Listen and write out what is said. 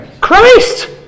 Christ